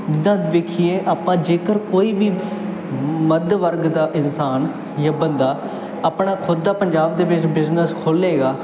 ਜਿੱਦਾਂ ਦੇਖੀਏ ਆਪਾਂ ਜੇਕਰ ਕੋਈ ਵੀ ਮੱਧ ਵਰਗ ਦਾ ਇਨਸਾਨ ਜਾਂ ਬੰਦਾ ਆਪਣਾ ਖੁਦ ਦਾ ਪੰਜਾਬ ਦੇ ਵਿੱਚ ਬਿਜ਼ਨਸ ਖੋਲ੍ਹੇਗਾ